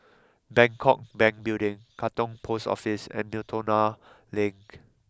Bangkok Bank Building Katong Post Office and Miltonia Link